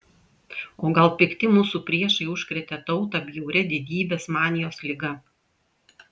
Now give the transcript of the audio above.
o gal pikti mūsų priešai užkrėtė tautą bjauria didybės manijos liga